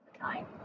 time